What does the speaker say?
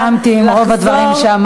אבל לא הסכמתי עם רוב הדברים שאמרת,